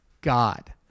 God